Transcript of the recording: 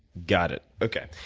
got it. okay.